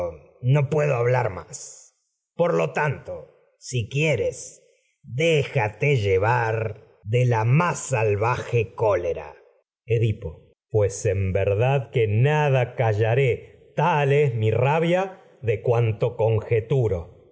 no puedo hablar más por lo tanto si quieres déjate edipo llevar de la más salvaje cólera callaré tal es mi pues en verdad que nada rabia de cuanto ce conjeturo